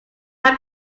have